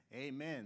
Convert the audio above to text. amen